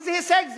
איזה הישג זה?